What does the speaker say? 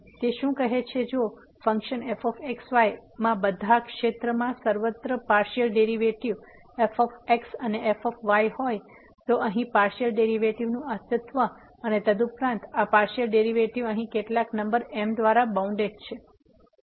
તેથી તે શું કહે છે જો ફંક્શન f x y માં બધા ક્ષેત્રમાં સર્વત્ર પાર્સીઅલ ડેરીવેટીવ fx અને fy હોય તો અહીં પાર્સીઅલ ડેરીવેટીવનું અસ્તિત્વ અને તદુપરાંત આ પાર્સીઅલ ડેરીવેટીવ અહીં કેટલાક નંબર M દ્વારા બાઉન્ડેડ છે